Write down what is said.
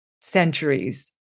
centuries